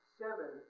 seven